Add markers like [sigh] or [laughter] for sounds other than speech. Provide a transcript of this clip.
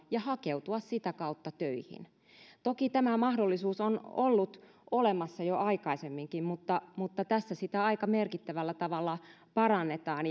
ja hakeutua sitä kautta töihin toki tämä mahdollisuus on ollut olemassa jo aikaisemminkin mutta mutta tässä sitä aika merkittävällä tavalla parannetaan [unintelligible]